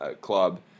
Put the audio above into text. Club